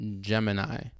gemini